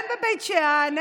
אין בבית שאן,